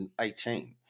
2018